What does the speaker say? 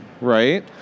right